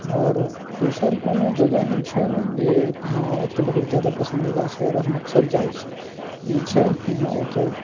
आओर दोसर कोनो जगह एहन छै नहि जे हँ ओतऽ बहुत जादा पसन्दीदा छै आओर हम अक्सर जाइत छी ई छै कि हँ ओतऽ